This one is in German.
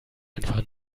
einfach